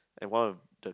and one of the